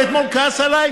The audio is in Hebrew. ואתמול כעס עליי?